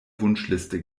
wunschliste